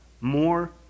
more